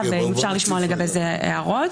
אפשר לשמוע לגבי זה ההערות.